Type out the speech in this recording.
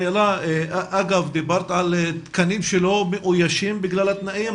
אגב, דיברת על תקנים שלא מאוישים בגלל התנאים.